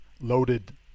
loaded